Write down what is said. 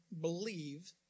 believe